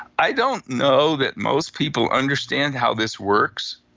i don't know that most people understand how this works,